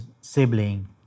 sibling